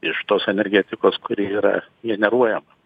iš tos energetikos kuri yra generuojama